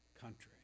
country